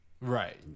Right